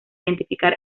identificar